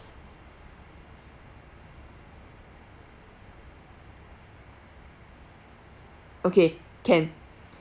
okay can